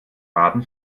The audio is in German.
baden